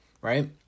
right